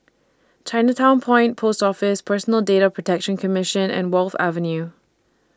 Chinatown Point Post Office Personal Data Protection Commission and Wharf Avenue